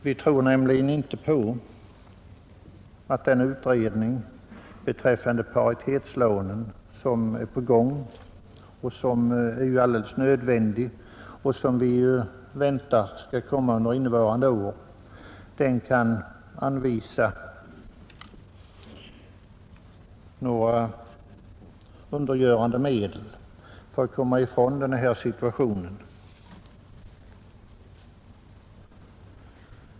Vi tror nämligen inte att den utredning beträffande paritetslånen som är på gång och som är alldeles nödvändig och väntas vara avslutad under innevarande år kan anvisa några undergörande medel för att man skall komma ifrån denna situation.